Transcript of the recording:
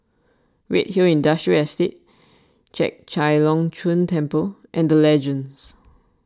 Redhill Industrial Estate Chek Chai Long Chuen Temple and the Legends